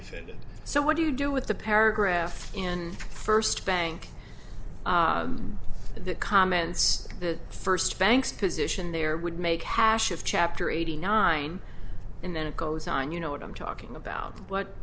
defendant so what do you do with the paragraph and first bank the comments the first banks position their would make hash of chapter eighty nine and then it goes on you know what i'm talking about what